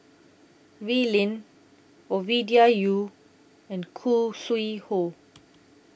Wee Lin Ovidia Yu and Khoo Sui Hoe